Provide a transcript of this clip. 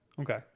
okay